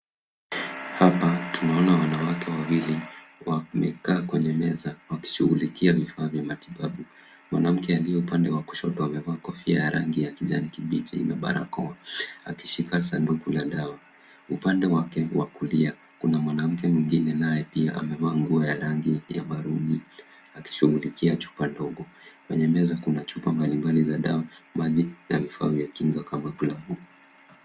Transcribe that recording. Hapa tunawaona wanawake wawili wamekaa kwenye meza wakishughulikia vifaa vya matibabu . Mwanamke aliye upande wa kushoto amevalia kofia ya rangi ya kijani kibichi na barakoa akishika sanduku la dawa. Upande wake wa kulia kuna mwanamke mwingine naye pia amevaa nguo ya rangi ya maruni akishughulikia chupa ndogo. Kwenye meza kuna chupa mbalimbali za dawa, maji na vikinga kama glavu.